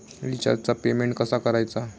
रिचार्जचा पेमेंट कसा करायचा?